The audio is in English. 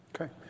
Okay